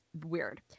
weird